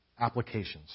applications